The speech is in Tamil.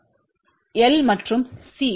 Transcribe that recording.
லம்புட் L மற்றும் C